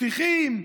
שטיחים,